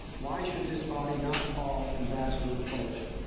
why should this body not call ambassador bolton.